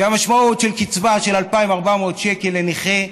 והמשמעות של קצבה של 2,400 שקל לנכה,